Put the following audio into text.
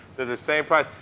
they're the same price.